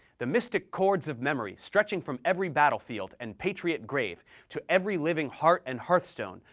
the mystic chords of memory, stretching from every battlefield, and patriot grave, to every living heart and hearthstone,